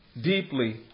deeply